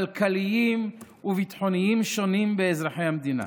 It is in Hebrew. כלכליים וביטחוניים שונים באזרחי המדינה,